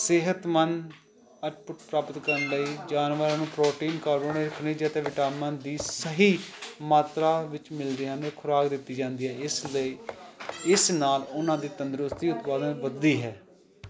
ਸਿਹਤਮੰਦ ਆਉਟਪੁੱਟ ਪ੍ਰਾਪਤ ਕਰਨ ਲਈ ਜਾਨਵਰਾਂ ਨੂੰ ਪ੍ਰੋਟੀਨ ਕਾਰਬੋਹਡਰੇਟ ਖਣਿਜ ਅਤੇ ਵਿਟਾਮਿਨ ਦੀ ਸਹੀ ਮਾਤਰਾ ਵਿੱਚ ਮਿਲਦੀਆਂ ਨੇ ਖੁਰਾਕ ਦਿੱਤੀ ਜਾਂਦੀ ਹੈ ਇਸ ਲਈ ਇਸ ਨਾਲ ਉਹਨਾਂ ਦੀ ਤੰਦਰੁਸਤੀ ਉਤਪਾਦਨ ਵੱਧਦੀ ਹੈ